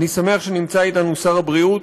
אני שמח שנמצא אתנו שר הבריאות,